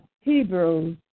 Hebrews